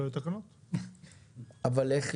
שלא יהיו תקנות.